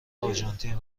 آرژانتین